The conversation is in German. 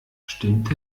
stimmt